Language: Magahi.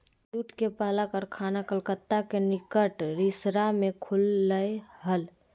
जूट के पहला कारखाना कलकत्ता के निकट रिसरा में खुल लय हल